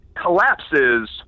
collapses